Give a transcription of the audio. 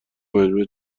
مجموعه